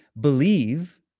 Believe